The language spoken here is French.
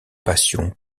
passions